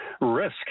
risk